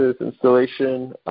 installation